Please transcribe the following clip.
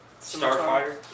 Starfighter